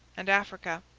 and africa.